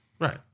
Right